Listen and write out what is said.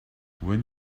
when